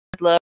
love